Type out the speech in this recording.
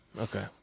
okay